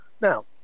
Now